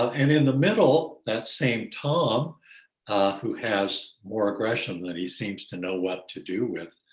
um and in the middle, that same tom who has more aggression than he seems to know what to do with,